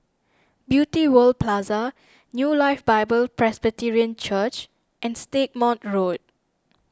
Beauty World Plaza New Life Bible Presbyterian Church and Stagmont Road